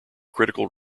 critical